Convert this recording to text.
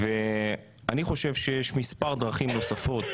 ואני חושב שיש מספר דרכים נוספות